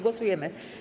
Głosujemy.